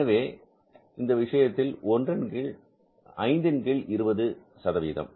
எனவே இந்த விஷயத்தில் இது ஒன்றின் கீழ் 5 அல்லது 20 சதவீதம்